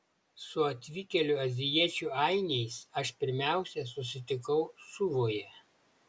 su atvykėlių azijiečių ainiais aš pirmiausia susitikau suvoje